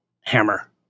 hammer